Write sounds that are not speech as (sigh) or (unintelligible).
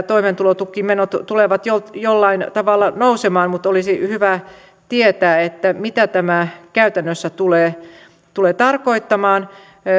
(unintelligible) toimeentulotukimenot tulevat jollain tavalla nousemaan mutta olisi hyvä tietää mitä tämä käytännössä tulee tulee tarkoittamaan